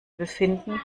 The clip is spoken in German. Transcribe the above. befinden